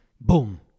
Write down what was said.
boom